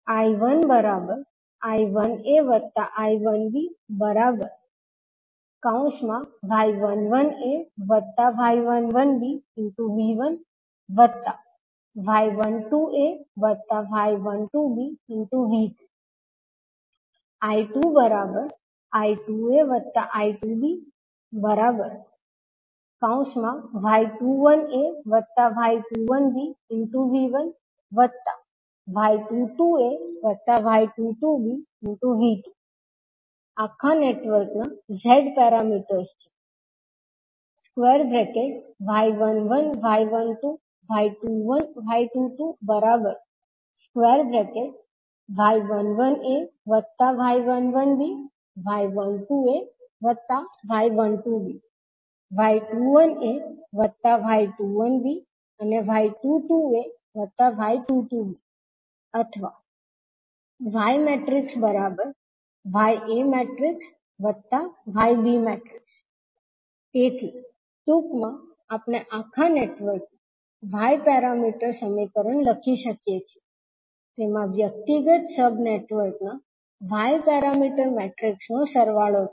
I1I1aI1by11ay11bV1y12ay12bV2 I2I2aI2by21ay21bV1y22ay22bV2 આખા નેટવર્કના z parameters છે અથવા yyayb તેથી ટૂંકમાં આપણે આખા નેટવર્કનું y પેરામીટર સમીકરણ લખી શકીએ છીએ તેમાં વ્યક્તિગત સબ નેટવર્કના y પેરામીટર મેટ્રિક્સ નો સરવાળો છે